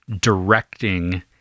directing